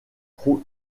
pro